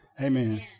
Amen